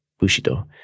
Bushido